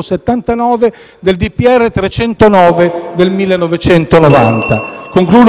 n. 309 del 1990.